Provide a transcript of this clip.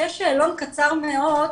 שיש שאלון קצר מאוד,